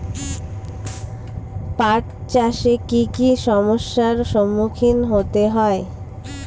পাঠ চাষে কী কী সমস্যার সম্মুখীন হতে হয়?